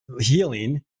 healing